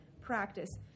practice